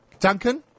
Duncan